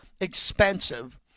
expensive